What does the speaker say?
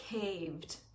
caved